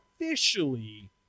officially